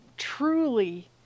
truly